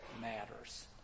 matters